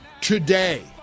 today